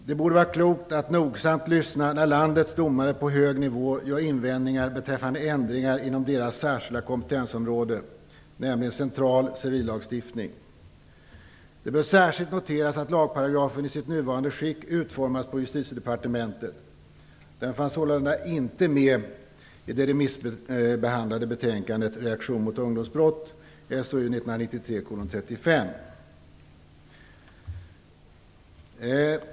Det borde vara klokt att nogsamt lyssna när landets domare på hög nivå gör invändningar beträffande ändringar inom deras särskilda kompetensområde, nämligen central civillagstiftning. Det bör särskilt noteras att lagparagrafen i sitt nuvarande skick utformats på Justitiedepartementet. Den fanns sålunda inte med i det remissbehandlade betänkandet Reaktion mot ungdomsbrott, SOU 1993:35.